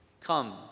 Come